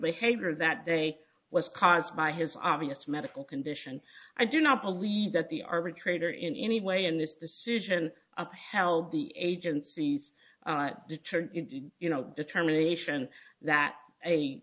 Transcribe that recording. behavior that day was caused by his obvious medical condition i do not believe that the arbitrator in any way in this decision upheld the agency's return you know determination that